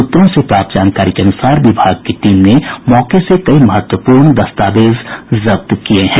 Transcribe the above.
सूत्रों से प्राप्त जानकारी के अनुसार विभाग की टीम ने मौके से कई महत्वपूर्ण दस्तावेज जब्त किये हैं